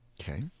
Okay